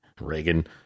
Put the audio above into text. Reagan